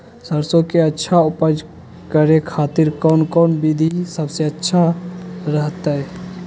सरसों के अच्छा उपज करे खातिर कौन कौन विधि सबसे अच्छा रहतय?